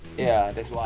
yeah, that's